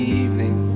evening